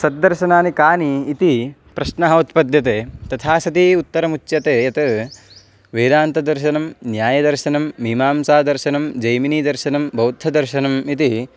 सद्दर्शनानि कानि इति प्रश्नः उत्पद्यते तथा सति उत्तरमुच्यते यत् वेदान्तदर्शनं न्यायदर्शनं मीमांसादर्शनं जैमिनीदर्शनं बौद्धदर्शनम् इति